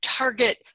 target